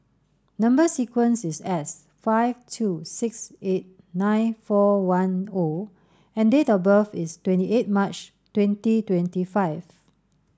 number sequence is S five two six eight nine four one O and date of birth is twenty eight March twenty twenty five